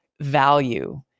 value